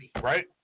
right